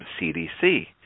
CDC